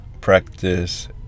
practice